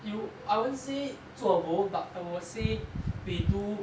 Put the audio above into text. you I won't say zuo bo but I will say we do